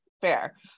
Fair